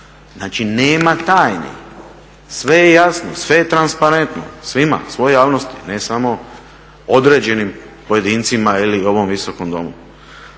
Znači, nema tajni, sve je jasno, sve je transparentno svima, svoj javnosti a ne samo određenim pojedincima jel' u ovom Visokom domu.